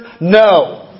No